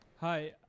Hi